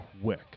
quick